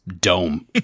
dome